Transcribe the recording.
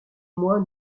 moi